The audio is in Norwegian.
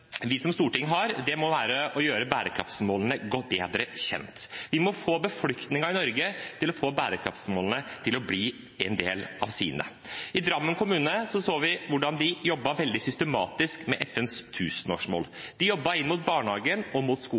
vi som storting har, må være å gjøre bærekraftsmålene bedre kjent. Vi må få befolkningen i Norge til å få bærekraftsmålene til å bli en del av sine mål. I Drammen kommune så vi hvordan de jobbet veldig systematisk med FNs tusenårsmål. De jobbet inn mot barnehagen og inn mot skolen.